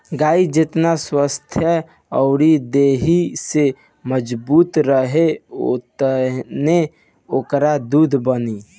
गाई जेतना स्वस्थ्य अउरी देहि से मजबूत रही ओतने ओकरा दूध बनी